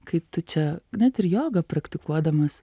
kai tu čia net ir jogą praktikuodamas